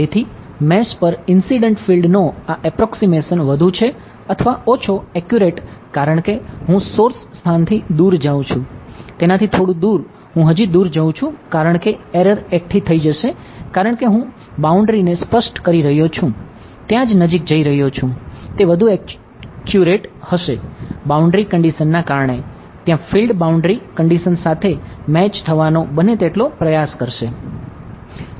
તેથી મેશ પર incident field condition સાથે મેચ થવાનો બને તેટલો પ્રયાસ કરશે